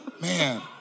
Man